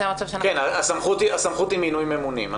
הסמכות היא מינוי ממונים.